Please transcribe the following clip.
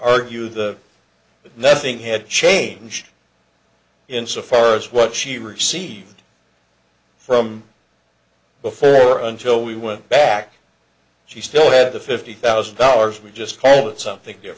argue the nothing had changed insofar as what she received from before until we went back she still had the fifty thousand dollars we just called it something